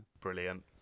Brilliant